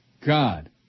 God